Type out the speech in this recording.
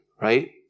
right